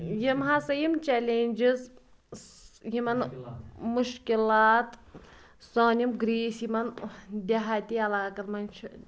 یِم ہَسا یِم چَلنٛجِز یِمَن مُشکِلات سٲنۍ یِم گرٛیٖسۍ یِمَن دِہاتی علاقَن منٛز چھِ